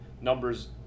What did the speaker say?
numbers